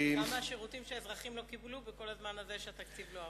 כמה שירותים שהאזרחים לא קיבלו בכל הזמן הזה שהתקציב לא עבר.